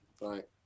Right